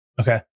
Okay